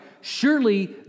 Surely